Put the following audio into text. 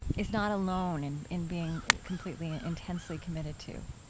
is not alone in in being completely and intensely committed to.